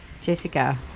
Jessica